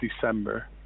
December